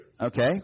Okay